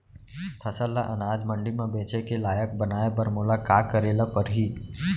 फसल ल अनाज मंडी म बेचे के लायक बनाय बर मोला का करे ल परही?